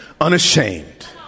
unashamed